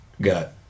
got